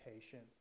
patient